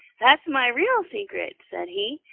that's my real secret, said he,